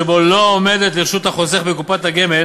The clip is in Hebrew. שבו לא עומדת לרשות החוסך בקופת הגמל